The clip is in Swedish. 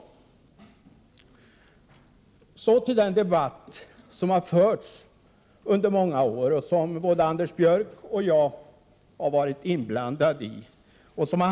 Sedan vill jag säga några ord om den debatt som har förts under många år och som har handlat om utskottens sammansättning. Både Anders Björck och jag har varit inblandade i den debatten.